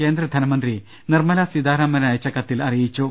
കേന്ദ്ര ധനമന്ത്രി നിർമല സീതാരാമന് അയച്ച കത്തിൽ അറിയിച്ചു